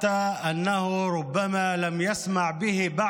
אולי אפילו אף אחד עדיין לא שמע עליו.